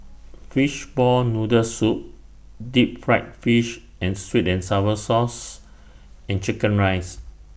Fishball Noodle Soup Deep Fried Fish and Sweet and Sour Sauce and Chicken Rice